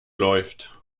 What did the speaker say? läuft